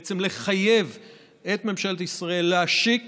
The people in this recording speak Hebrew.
בעצם לחייב את ממשלת ישראל להשיק